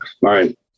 right